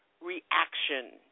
reaction